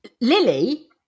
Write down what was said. Lily